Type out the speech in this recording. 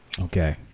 Okay